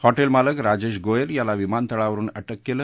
hotel मालक राजेश गोयल याला विमानतळावरुन अटक केलं